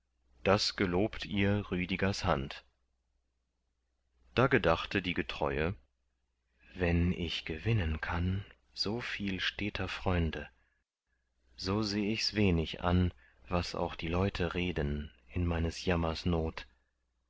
das gelobt ihr rüdigers hand da gedachte die getreue wenn ich gewinnen kann so viel steter freunde so seh ich's wenig an was auch die leute reden in meines jammers not